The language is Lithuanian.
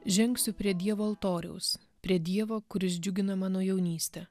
žengsiu prie dievo altoriaus prie dievo kuris džiugina mano jaunystę